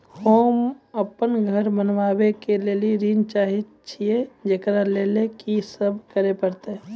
होम अपन घर बनाबै के लेल ऋण चाहे छिये, जेकरा लेल कि सब करें परतै?